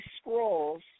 Scrolls